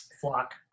flock